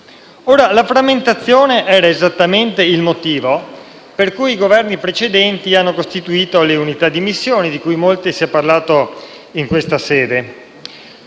Orbene, la frammentazione era esattamente il motivo per cui i Governi precedenti hanno costituito le unità di missione, di cui molto si è parlato in questa sede.